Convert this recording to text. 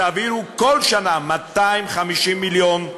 תעבירו כל שנה 250 מיליון.